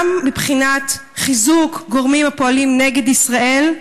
גם מבחינת חיזוק גורמים הפועלים נגד ישראל,